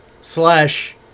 slash